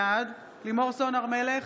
בעד לימור סון הר מלך,